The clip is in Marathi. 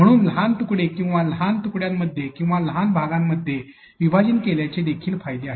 म्हणून लहान तुकडे किंवा लहान तुकड्यांमध्ये किंवा लहान भागांमध्ये विभाजन केल्याचे देखील फायदे आहेत